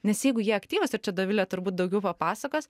nes jeigu jie aktyvūs ir čia dovilė turbūt daugiau papasakos